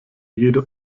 jeder